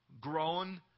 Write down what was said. grown